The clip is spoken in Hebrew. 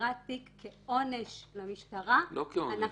לסגירת תיק כעונש למשטרה --- לא כעונש.